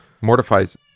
mortifies